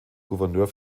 gouverneur